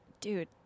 dude